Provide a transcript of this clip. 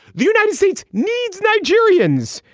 the united states needs nigerians,